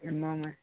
ఏమో మరి